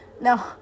no